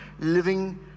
Living